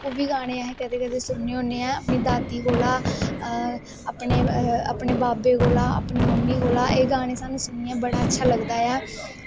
ओह् बी गाने अस कदैं सदैं सुनने होनें ऐं दादी कोला अपने बाबे कोला अपनी मम्मी कोला एह् स्हानू गाने सुनियैं बड़ा अच्छा लगदा ऐ